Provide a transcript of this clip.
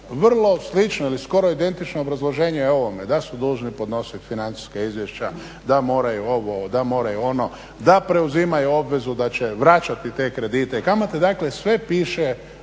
vrlo slično ili skoro identično obrazloženje ovome da su dužni podnositi financijska izvješća, da moraju ovo, da moraju ono, da preuzimaju obvezu da će vraćati te kredite i kamate, dakle sve piše